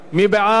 מי נגד?